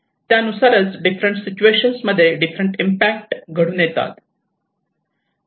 त्यानुसारच different situation मध्ये different impact घडून येतात